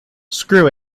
screw